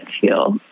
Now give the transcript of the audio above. feel